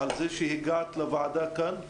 על זה שהגעת לוועדה כאן,